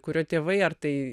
kurio tėvai ar tai